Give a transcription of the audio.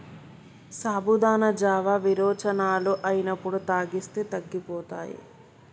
సాబుదానా జావా విరోచనాలు అయినప్పుడు తాగిస్తే తగ్గిపోతాయి